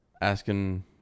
asking